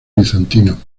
bizantino